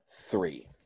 three